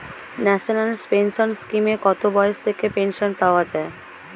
National pension স্কিমে কত বয়স থেকে পেনশন পাওয়া যায়?